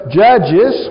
judges